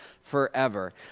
forever